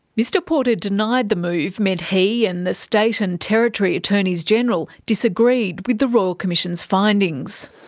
mr porter denied the move meant he and the state and territory attorneys-general disagreed with the royal commission's findings.